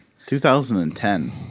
2010